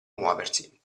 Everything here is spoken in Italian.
muoversi